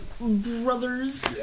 brothers